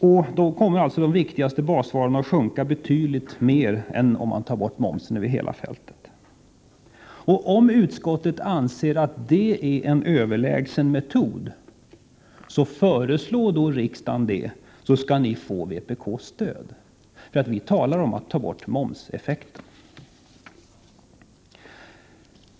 I så fall kommer de viktigaste basvarorna att sjunka med betydligt mer än momsen, jämfört med om man tar bort momsen över hela fältet. Men om nu utskottet anser att detta är en överlägsen metod, så föreslå då riksdagen det, och ni skall få vpk:s stöd. Vi talar nämligen om att ta bort momseffekten.